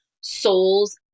soul's